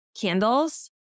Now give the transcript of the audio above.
candles